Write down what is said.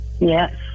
Yes